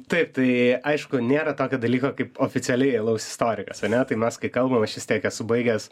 taip tai aišku nėra tokio dalyko kaip oficialiai alaus istorikas ane tai mes kai kalbam aš vistiek esu baigęs